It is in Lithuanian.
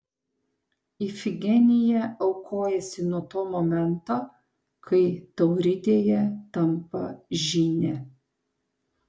ifigenija aukojasi nuo to momento kai tauridėje tampa žyne